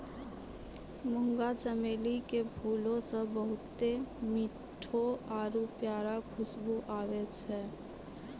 मुंगा चमेली के फूलो से बहुते मीठो आरु प्यारा खुशबु आबै छै